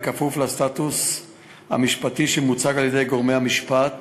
כפוף לסטטוס המשפטי שמוצג על-ידי גורמי המשפט